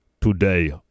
today